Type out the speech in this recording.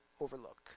overlook